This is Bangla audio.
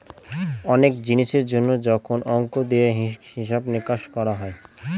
অনেক জিনিসের জন্য যখন অংক দিয়ে হিসাব নিকাশ করা হয়